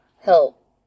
help